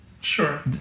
sure